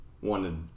wanted